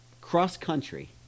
cross-country